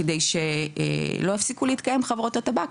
כדי שלא יפסיקו להתקיים חברות הטבק,